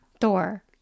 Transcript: Thor